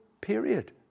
period